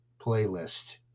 playlist